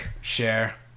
share